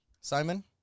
Simon